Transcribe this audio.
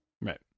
Right